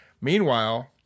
Meanwhile